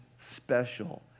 special